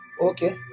okay